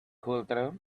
culture